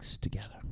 together